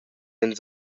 ins